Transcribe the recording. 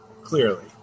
clearly